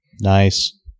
Nice